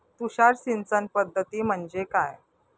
तुषार सिंचन पद्धती म्हणजे काय?